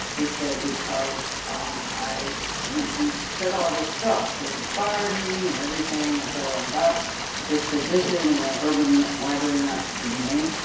he said, because you said all this stuff, you inspired me and everything and so i got this position in an urban library not to be named